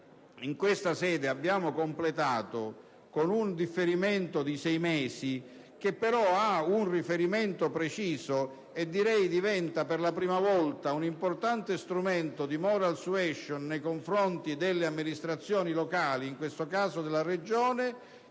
in questa sede lo abbiamo completato con un differimento di sei mesi, ed ha un preciso e diretto riferimento assumendo la veste per la prima volta di importante strumento di *moral suasion* nei confronti delle amministrazioni locali, in questo caso della Regione,